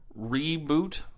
reboot